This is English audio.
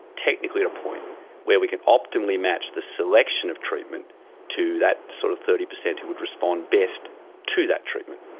technically at a point where we can optimally match the selection of treatment to that sort of thirty percent who would respond best to that treatment.